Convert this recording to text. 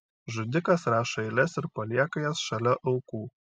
žudikas rašo eiles ir palieka jas šalia aukų